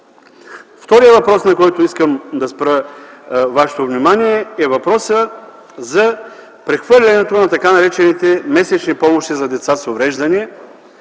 Вторият въпрос, на който искам да спра вашето внимание, е въпросът за прехвърлянето на така наречените месечни помощи за деца с увреждания